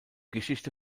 geschichte